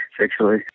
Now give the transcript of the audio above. sexually